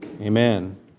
amen